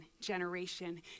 generation